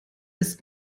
ist